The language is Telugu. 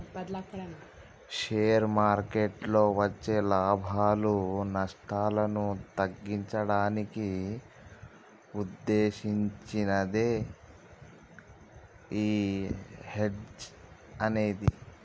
షేర్ మార్కెట్టులో వచ్చే లాభాలు, నష్టాలను తగ్గించడానికి వుద్దేశించినదే యీ హెడ్జ్ అనేది